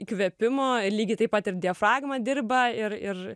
įkvėpimo lygiai taip pat ir diafragma dirba ir ir